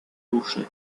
duszy